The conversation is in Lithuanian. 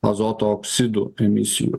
azoto oksidų emisijų